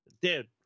Dude